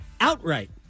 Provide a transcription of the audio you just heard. outright